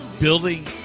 Building